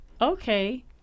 okay